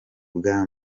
bwa